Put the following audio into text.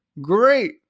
Great